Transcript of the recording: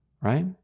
right